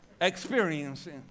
Experiencing